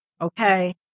okay